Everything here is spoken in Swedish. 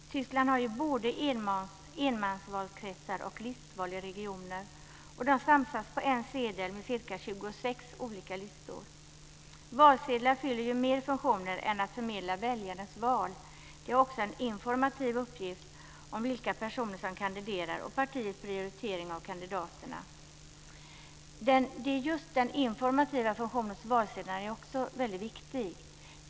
Tyskland har ju både enmansvalkretsar och listval i regioner, och de samsas på en sedel med ca 26 olika listor. Valsedlar fyller ju fler funktioner än att förmedla väljarens val. De har också en informativ uppgift om vilka personer som kandiderar och partiets prioritering av kandidaterna. Den informativa funktionen hos valsedlarna är mycket viktig.